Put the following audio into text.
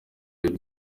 ibihe